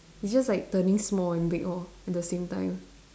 it's just like turning small and big lor at the same time